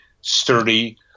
sturdy